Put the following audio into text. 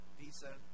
Visa